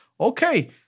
Okay